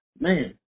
Man